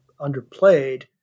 underplayed